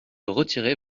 retirer